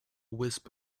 wisp